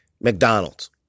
McDonald's